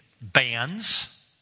bands